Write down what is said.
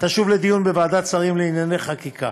תשוב לדיון בוועדת שרים לענייני חקיקה.